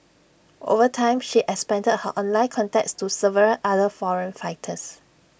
over time she expanded her online contacts to several other foreign fighters